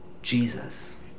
jesus